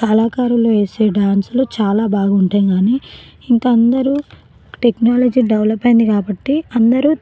కళాకారులు వేసే డాన్సులు చాలా బాగుంటాయి గానీ ఇంక అందరూ టెక్నాలజీ డెవలప్ అయింది కాబట్టి అందరూ